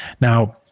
Now